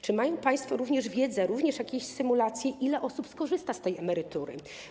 Czy mają państwo również wiedzę, jakieś symulacje, ile osób skorzysta z tej emerytury?